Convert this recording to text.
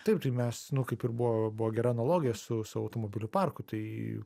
taip tai mes nu kaip ir buvo buvo gera analogija su automobilių parku tai